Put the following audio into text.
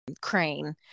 crane